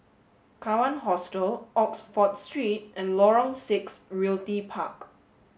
Kawan Hostel Oxford Street and Lorong Six Realty Park